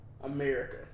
America